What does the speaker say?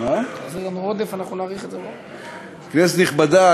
כנסת נכבדה,